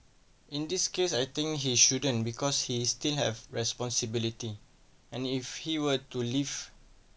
in this case I think he shouldn't because he still have responsibility and if he were to leave